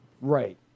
Right